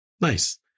Nice